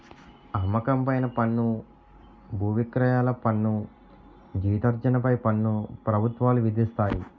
అమ్మకం పైన పన్ను బువిక్రయాల పన్ను జీతార్జన పై పన్ను ప్రభుత్వాలు విధిస్తాయి